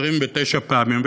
29 פעמים.